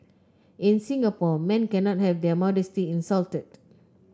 in Singapore men cannot have their modesty insulted